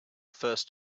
first